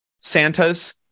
santas